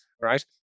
right